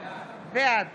בעד